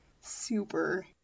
super